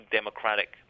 democratic